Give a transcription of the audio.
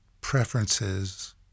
preferences